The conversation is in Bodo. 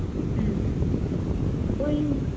बै